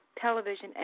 television